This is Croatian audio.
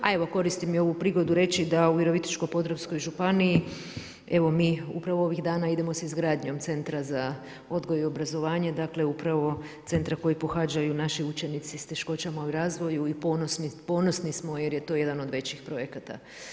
A evo koristim priliku i ovu prigodu reći da u Virovitičko-podravskoj županiji mi upravo ovih dana idemo sa izgradnjom centra za odgoj i obrazovanje, dakle upravo centra koji pohađaju naši učenici s teškoćama u razvoju i ponosni smo jer je to jedan od većih projekata.